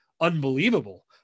unbelievable